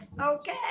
okay